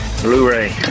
Blu-ray